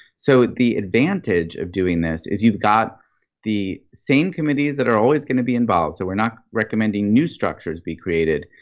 so the advantage of doing this is you've got the same committees that are always going to be involved, so we're not recommending new structures be created.